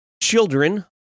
children